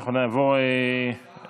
אנחנו נעבור להצבעה.